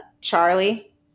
Charlie